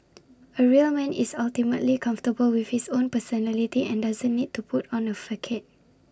A real man is ultimately comfortable with his own personality and doesn't need to put on A facade